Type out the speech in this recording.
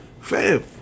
fam